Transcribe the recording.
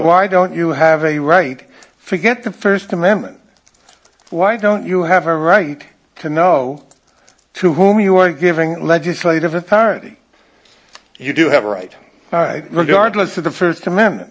why don't you have a right forget the first amendment why don't you have a right to know to whom you are giving legislative authority you do have a right regardless of the first amendment